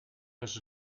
has